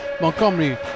Montgomery